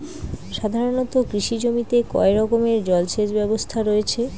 সাধারণত কৃষি জমিতে কয় রকমের জল সেচ ব্যবস্থা রয়েছে?